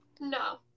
No